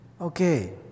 Okay